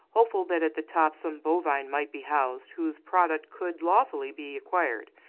hopeful that at the top some bovine might be housed, whose product could lawfully be acquired.